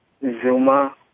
Zuma